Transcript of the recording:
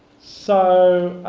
so